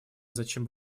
зачем